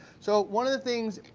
so one of the things,